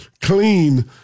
clean